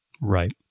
right